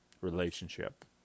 relationship